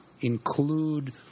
include